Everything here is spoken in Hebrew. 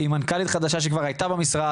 ומנכ"לית חדשה שכבר היתה במשרד,